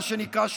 מה שנקרא,